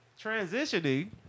Transitioning